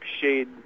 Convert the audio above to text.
shade